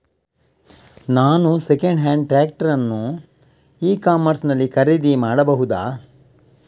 ನಾನು second hand tractor ಅನ್ನು e commerce ನಲ್ಲಿ ಖರೀದಿ ಮಾಡಬಹುದಾ?